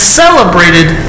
celebrated